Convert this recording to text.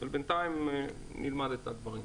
בינתיים נלמד את הדברים.